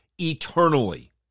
eternally